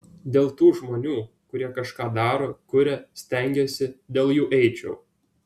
dėl tų žmonių kurie kažką daro kuria stengiasi dėl jų eičiau